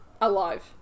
Alive